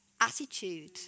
attitude